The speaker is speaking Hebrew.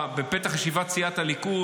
בפתח ישיבת סיעת הליכוד,